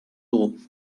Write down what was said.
euros